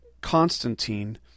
Constantine